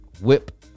Whip